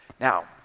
now